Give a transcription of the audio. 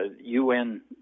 UN